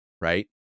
right